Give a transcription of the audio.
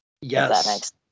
yes